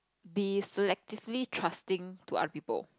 be selectively trusting to other people